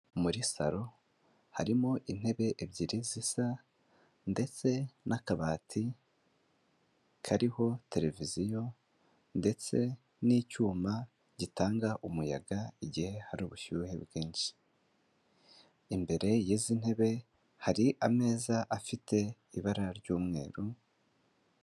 Muri saro harimo intebe ebyiri zisa, ndetse n'akabati kariho televiziyo ndetse n'icyuma gitanga umuyaga igihe hari ubushyuhe bwinshi, imbere y'izi ntebe, hari ameza afite ibara ry'umweru.